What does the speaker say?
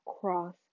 cross